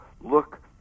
look